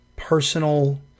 personal